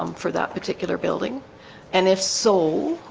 um for that particular building and if so,